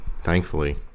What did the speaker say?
thankfully